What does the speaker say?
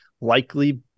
Likely